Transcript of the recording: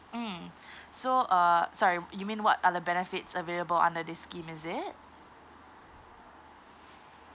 mm so uh sorry you mean what are the benefits available under this scheme is it